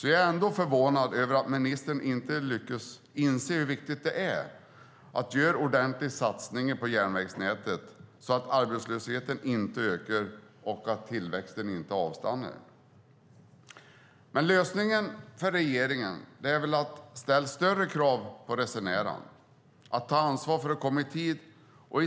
Jag är ändå förvånad över att ministern inte inser hur viktigt det är att göra ordentliga satsningar på järnvägsnätet så att arbetslösheten inte ökar och att tillväxten inte avstannar. Men regeringens lösning är väl att ställa större krav på resenärerna att ta ansvar för att komma i tid.